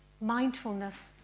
mindfulness